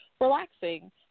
relaxing